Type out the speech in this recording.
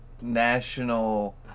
National